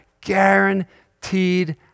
guaranteed